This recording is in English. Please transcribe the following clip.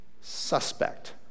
Suspect